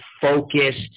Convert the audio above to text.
focused